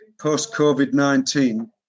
post-COVID-19